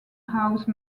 house